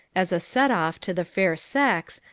as a set-off to the fair sex,